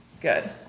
Good